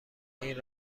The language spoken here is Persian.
این